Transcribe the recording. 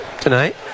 tonight